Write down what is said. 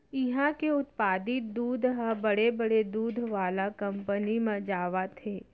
इहां के उत्पादित दूद ह बड़े बड़े दूद वाला कंपनी म जावत हे